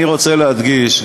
אני רוצה להדגיש,